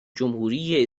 جمهوری